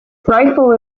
rifle